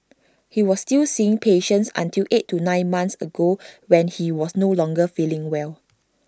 he was still seeing patients until eight to nine months ago when he was no longer feeling well